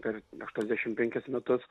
per aštuoniasdešim penkis metus